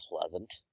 pleasant